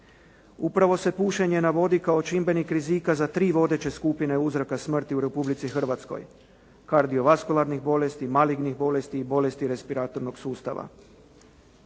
Upravo se pušenje navodi kao čimbenik rizika za tri vodeće skupine uzroka smrti u Republici Hrvatskoj. Kardiovaskularnih bolesti, malignih bolesti i bolesti respiratornog sustava.